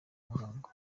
muhango